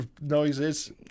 noises